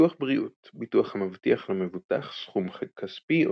ביטוח בריאות ביטוח המבטיח למבוטח סכום כספי,